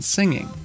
singing